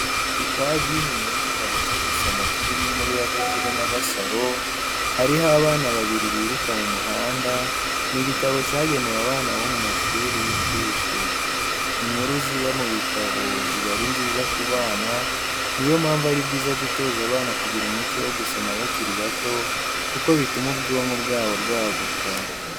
Ipaji y'inyuma y'igitabo cyo gusoma kirimo inkuru ya Gakire na Gasaro, hariho abana babiri biruka mu muhanda, ni igitabo cyagenewe abana bomu mashuri y'insuke. Inkuru ziba mu bitabo ziba ari nziza ku bana niyo mpamvu ari byiza gutoza abana kugira umuco wo gusoma bakiri bato kuko bituma ubwonko bwabo bwaguka